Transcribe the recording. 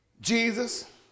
Jesus